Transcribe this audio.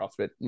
CrossFit